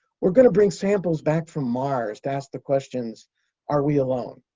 we're going to bring samples back from mars to ask the questions are we alone?